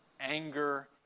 anger